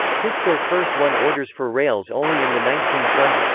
tisco first won orders for rails only in the nineteen twenty s.